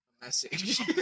message